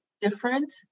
different